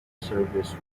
service